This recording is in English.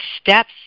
steps